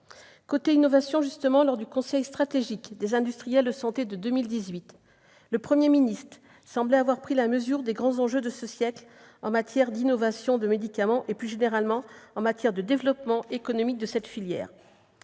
de l'innovation, lors du Conseil stratégique des industries de santé de 2018, le Premier ministre a semblé avoir pris la mesure des grands enjeux de ce siècle en matière d'innovation, de médicaments et, plus généralement, de développement économique de la filière.